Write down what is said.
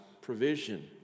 provision